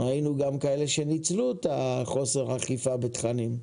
ראינו גם כאלה שניצלו את חוסר אכיפה בתכנים.